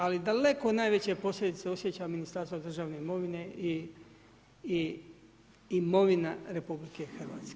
Ali daleko najveće posljedice osjeća Ministarstvo državne imovine i imovina RH.